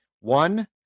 One